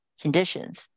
conditions